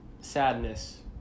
sadness